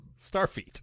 Starfeet